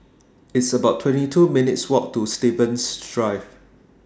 It's about twenty two minutes' Walk to Stevens Drive